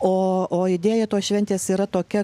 o o idėja tos šventės yra tokia